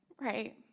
right